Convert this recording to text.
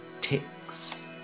ticks